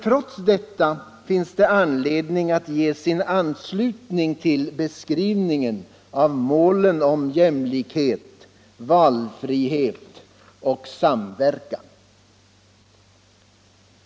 Trots detta finns det dock anledning att ge sin anslutning till beskrivningen av målen om jämlikhet, valfrihet och samverkan.